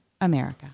America